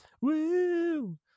Woo